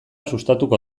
sustatuko